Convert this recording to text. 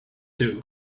two